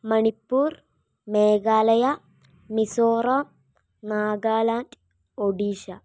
Manipur Meghalaya Mizoram Nagaland Odisha